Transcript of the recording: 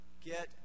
get